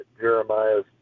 Jeremiah's